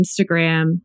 Instagram